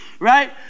Right